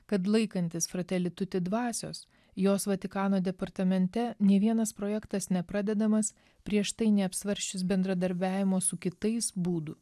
kad laikantis frateli tuti dvasios jos vatikano departamente nė vienas projektas nepradedamas prieš tai neapsvarsčius bendradarbiavimo su kitais būdų